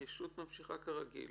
ההתיישנות ממשיכה כרגיל